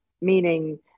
Meaning